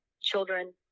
children